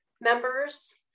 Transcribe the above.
members